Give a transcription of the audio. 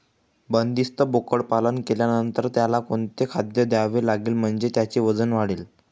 बंदिस्त बोकडपालन केल्यानंतर त्याला कोणते खाद्य द्यावे लागेल म्हणजे त्याचे वजन वाढेल?